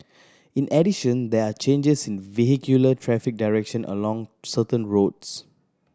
in addition there are changes in vehicular traffic direction along certain roads